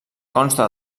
consta